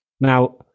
Now